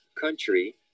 country